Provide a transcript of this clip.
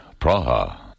Praha